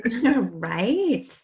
right